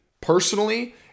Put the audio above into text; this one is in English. personally